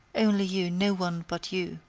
only you no one but you.